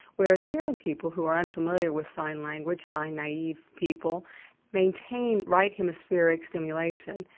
whereas hearing people who are unfamiliar with sign language sign naive people maintain right hemispheric stimulation.